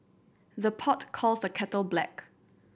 the pot calls the kettle black